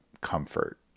comfort